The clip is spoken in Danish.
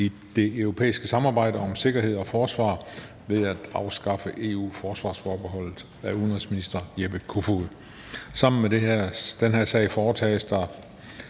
i det europæiske samarbejde om sikkerhed og forsvar ved at afskaffe EU-forsvarsforbeholdet. Af udenrigsministeren (Jeppe Kofod). (Fremsættelse